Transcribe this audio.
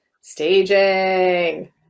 staging